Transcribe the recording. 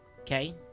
Okay